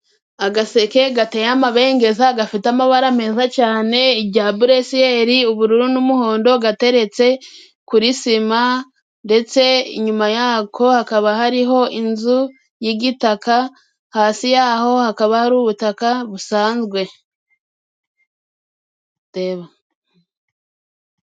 Agaseke gateye amabengeza gafite amabara meza cyane, irya bure siyeri, ubururu n'umuhondo. Gateretse kuri sima ndetse inyuma yako hakaba hariho inzu y'igitaka, hasi yaho hakaba hari ubutaka busanzwe.